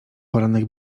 poranek